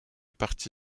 parti